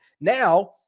Now